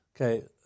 Okay